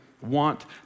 want